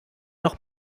noch